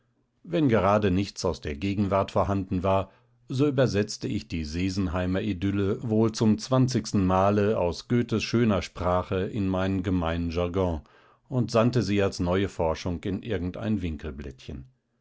wenn gerade nichts aus der gegenwart vorhanden war so übersetzte ich die sesenheimer idylle wohl zum zwanzigsten male aus goethes schöner sprache in meinen gemeinen jargon und sandte sie als neue forschung in irgendein